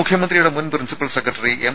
മുഖ്യമന്ത്രിയുടെ മുൻ principal secretary M